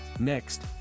Next